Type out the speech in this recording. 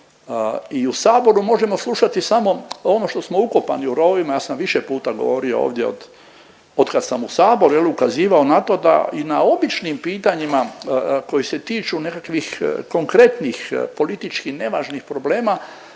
I u saboru možemo slušati samo ono što smo ukopani u rovovima, ja sam više puta govorio ovdje otkad sam u saboru jel, ukazivao na to da i na običnim pitanjima koji se tiču nekakvih konkretnih politički nevažnih problema